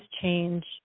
change